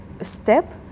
step